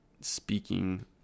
speaking